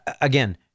Again